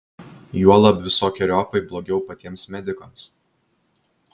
juolab visokeriopai blogiau patiems medikams